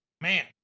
man